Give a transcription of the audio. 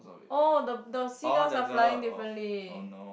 oh the the seagulls are flying differently